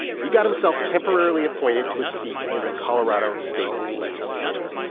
he got himself temporarily appointed to a seat in the colorado state legislature.